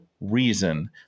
reason